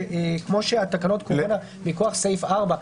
כמו שהתקנות קובעות מכוח סעיף 4,